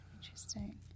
Interesting